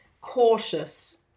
cautious